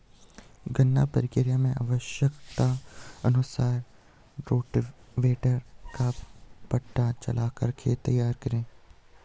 गन्ना प्रक्रिया मैं आवश्यकता अनुसार रोटावेटर व पाटा चलाकर खेत तैयार करें